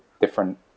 different